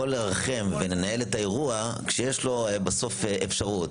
הוא יכול לרחם ולנהל את האירוע כשיש לו אפשרות בסוף,